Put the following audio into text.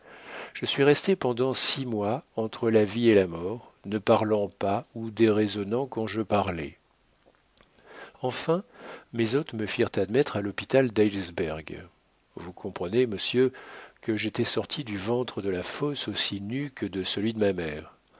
je suis resté pendant six mois entre la vie et la mort ne parlant pas ou déraisonnant quand je parlais enfin mes hôtes me firent admettre à l'hôpital d'heilsberg vous comprenez monsieur que j'étais sorti du ventre de la fosse aussi nu que de celui de ma mère